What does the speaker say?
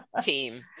team